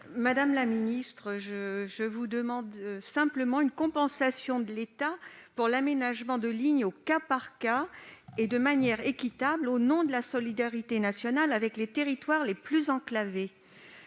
Madame la secrétaire d'État, je vous demande simplement une compensation de l'État pour l'aménagement de lignes au cas par cas et de façon équitable, au nom de la solidarité nationale avec les territoires les plus enclavés.